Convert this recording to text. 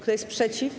Kto jest przeciw?